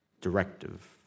directive